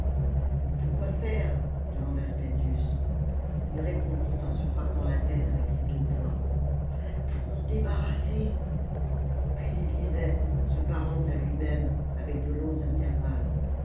pourquoi faire demanda spendius il répondit en se frappant la tête avec ses deux poings pour m'en débarrasser puis il disait se parlant à lui-même avec de longs intervalles